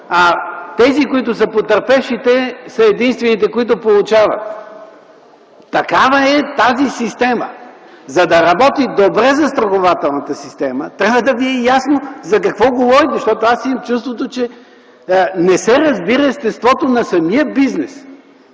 хора плащат, а потърпевшите са единствените, които получават. Така е тази система. За да работи добре застрахователната система, трябва да ви е ясно за какво говорите. Защото аз имам чувството, че не се разбира естеството на самия бизнес.